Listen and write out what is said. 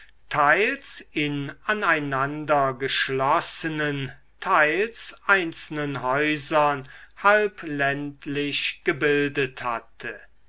teils in aneinander geschlossenen teils einzelnen häusern halb ländlich gebildet hatte